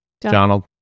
Donald